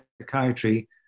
psychiatry